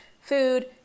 food